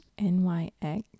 NYX